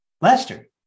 Lester